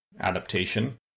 adaptation